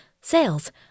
sales